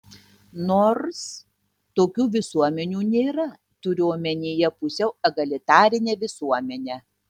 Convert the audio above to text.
nors tokių visuomenių nėra turiu omenyje pusiau egalitarinę visuomenę